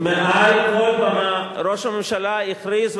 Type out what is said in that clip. מעל כל במה ראש הממשלה הכריז,